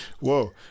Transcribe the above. whoa